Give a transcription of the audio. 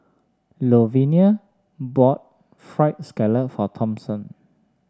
Louvenia bought fried scallop for Thompson